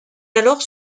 alors